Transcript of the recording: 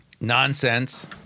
Nonsense